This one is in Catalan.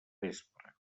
vespre